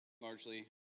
largely